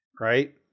Right